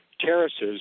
terraces